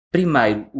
Primeiro